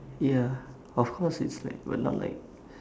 ya of course it's like we're not like